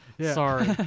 Sorry